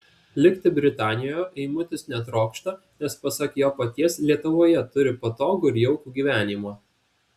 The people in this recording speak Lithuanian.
likti britanijoje eimutis netrokšta nes pasak jo paties lietuvoje turi patogų ir jaukų gyvenimą